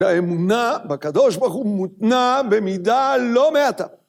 האמונה בקדוש ברוך הוא מותנה במידה לא מעטה.